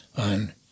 on